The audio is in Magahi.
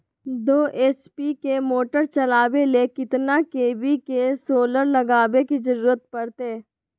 दो एच.पी के मोटर चलावे ले कितना के.वी के सोलर लगावे के जरूरत पड़ते?